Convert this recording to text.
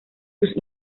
sus